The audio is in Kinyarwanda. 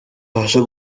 rubasha